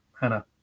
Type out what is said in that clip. hannah